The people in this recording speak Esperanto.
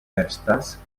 estas